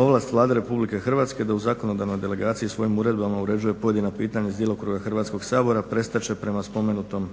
Ovlast Vlade RH da u zakonodavnoj delegaciji svojim uredbama uređuje pojedina pitanja iz djelokruga Hrvatskog sabora prestat će prema spomenutom